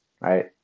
right